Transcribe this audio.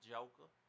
Joker